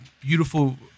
beautiful